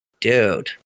Dude